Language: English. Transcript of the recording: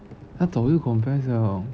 他早就 confess liao